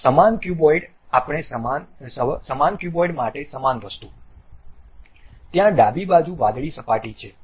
સમાન ક્યુબોઇડ માટે સમાન વસ્તુ ત્યાં ડાબી બાજુ વાદળી સપાટી છે